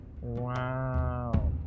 wow